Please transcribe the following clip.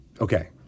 Okay